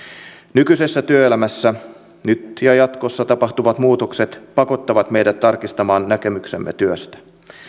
nykyisessä työelämässä nyt ja jatkossa tapahtuvat muutokset pakottavat meidät tarkistamaan näkemyksemme työstä